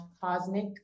cosmic